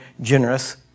generous